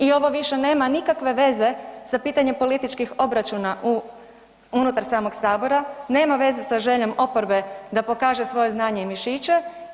I ovo više nema nikakve veze sa pitanjem političkih obračuna unutar samog Sabora, nema veze sa željom oporbe da pokaže svoje znanje i mišiće.